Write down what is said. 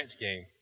game